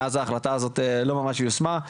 מסתבר שמאז ההחלטה הזאת היא לא ממש יושמה.